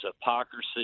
hypocrisy